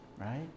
right